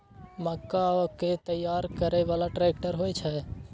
मक्का कै तैयार करै बाला ट्रेक्टर होय छै?